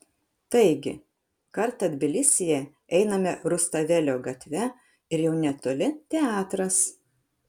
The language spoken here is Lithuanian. taigi kartą tbilisyje einame rustavelio gatve ir jau netoli teatras